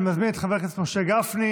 אני מזמין את חבר הכנסת משה גפני,